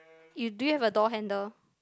you do you have a door handle